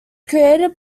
created